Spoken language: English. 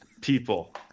people